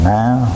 now